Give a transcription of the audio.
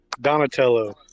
Donatello